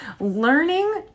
Learning